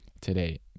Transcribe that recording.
today